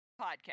podcast